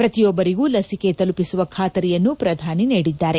ಪ್ರತಿಯೊಬ್ಬರಿಗೂ ಲಿಸಿಕೆ ತಲುಪಿಸುವ ಖಾತರಿಯನ್ನು ಪ್ರಧಾನಿ ನೀಡಿದ್ದಾರೆ